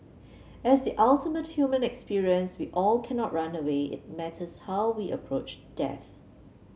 as the ultimate human experience we all cannot run away it matters how we approach death